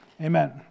Amen